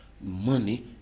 money